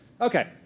Okay